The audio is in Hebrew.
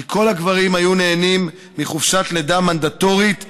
כי כל הגברים היו נהנים מחופשת לידה מנדטורית בתשלום,